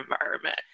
environment